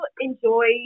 enjoy